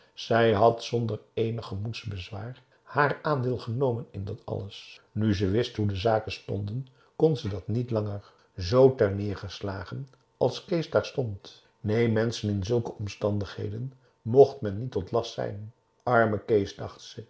zij had zonder eenig gemoedsbezwaar haar aandeel genomen in dat alles nu ze wist hoe de zaken stonden kon dat niet langer zoo ter neergeslagen als kees daar stond neen menschen in zulke omstandigheden mocht men niet tot last zijn arme kees dacht